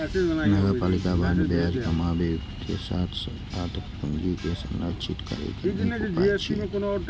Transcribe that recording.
नगरपालिका बांड ब्याज कमाबै के साथ साथ पूंजी के संरक्षित करै के नीक उपाय छियै